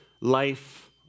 life